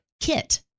Kit